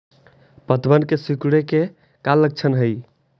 पत्तबन के सिकुड़े के का लक्षण हई?